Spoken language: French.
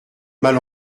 mal